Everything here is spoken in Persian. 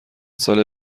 ساله